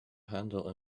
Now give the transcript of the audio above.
handle